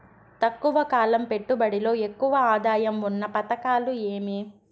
తక్కువ కాలం పెట్టుబడిలో ఎక్కువగా ఆదాయం ఉన్న పథకాలు ఏమి?